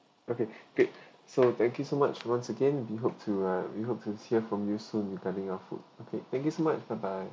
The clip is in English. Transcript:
okay great so thank you so much once again we hope to uh we hope to hear from you soon again from you soon regarding your food okay thank you so much bye bye